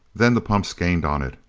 then the pumps gained on it,